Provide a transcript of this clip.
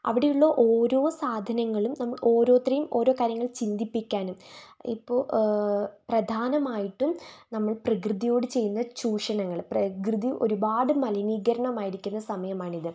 അവിടെയുള്ള ഓരോ സാധനങ്ങളും നമ്മൾ ഓരോരുത്തരെയും ഓരോ കാര്യങ്ങൾ ചിന്തിപ്പിക്കാനും ഇപ്പോൾ പ്രധാനമായിട്ടും നമ്മൾ പ്രകൃതിയോട് ചെയ്യുന്ന ചൂഷണങ്ങൾ പ്രകൃതി ഒരുപാട് മലിനീകരണമായിരിക്കുന്ന സമയമാണിത്